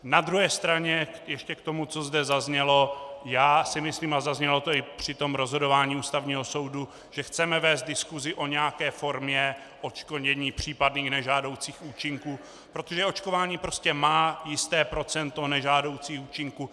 Na druhé straně ještě k tomu, co tady zaznělo a zaznělo to i při tom rozhodování Ústavního soudu, že chceme vést diskusi o nějaké formě odškodnění případných nežádoucích účinků, protože očkování prostě má jisté procento nežádoucích účinků.